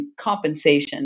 compensation